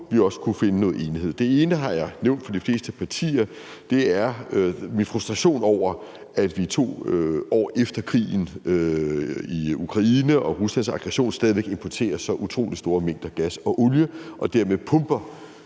vi også kunne finde noget enighed. Det ene har jeg nævnt for de fleste partier, og det er min frustration over, at vi 2 år efter krigen i Ukraine og Ruslands aggression stadig væk importerer så store mængder gas og olie og dermed pumper,